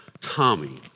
Tommy